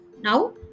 now